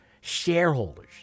shareholders